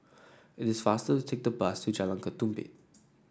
it is faster to take the bus to Jalan Ketumbit